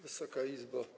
Wysoka Izbo!